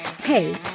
Hey